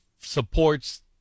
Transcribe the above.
supports